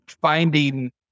finding